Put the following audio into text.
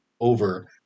over